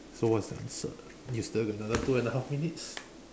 so what is the answer you still have another two and a half minutes